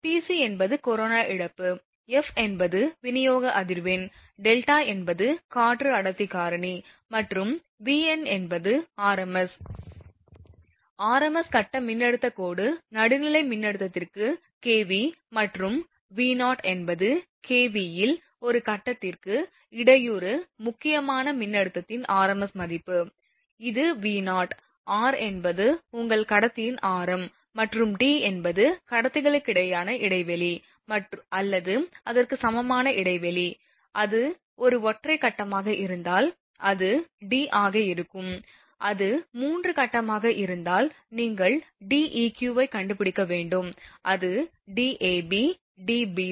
PC என்பது கொரோனா இழப்பு f என்பது விநியோக அதிர்வெண் δ என்பது காற்று அடர்த்தி காரணி மற்றும் Vn என்பது rms rms கட்ட மின்னழுத்தக் கோடு நடுநிலை மின்னழுத்தத்திற்கு kV மற்றும் V0 என்பது kV யில் ஒரு கட்டத்திற்கு இடையூறு முக்கியமான மின்னழுத்தத்தின் rms மதிப்பு இது V0 r என்பது உங்கள் கடத்தியின் ஆரம் மற்றும் D என்பது கடத்திகளுக்கிடையேயான இடைவெளி அல்லது அதற்கு சமமான இடைவெளி அது ஒரு ஒற்றை கட்டமாக இருந்தால் அது D ஆக இருக்கும் அது 3 கட்டமாக இருந்தால் நீங்கள் Deq ஐ கண்டுபிடிக்க வேண்டும் அது 13